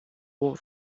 war